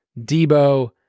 Debo